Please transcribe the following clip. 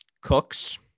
Cooks